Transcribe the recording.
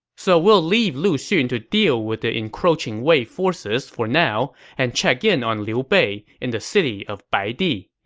so we'll leave lu xun to deal with the encroaching wei forces for now and check in on liu bei in the city of baidi,